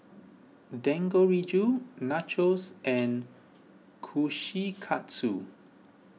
Dangoriju Nachos and Kushikatsu